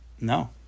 No